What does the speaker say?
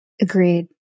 Agreed